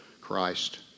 Christ